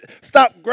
stop